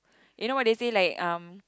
you know what they say like um